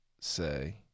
say